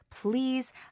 please